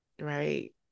right